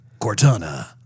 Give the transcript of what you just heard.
Cortana